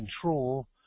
control